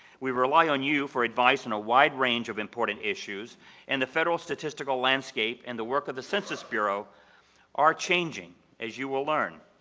we rely on you for advice on a wide range of important issues and the federal statistical landscape and the work of the census bureau are changing as you will learn.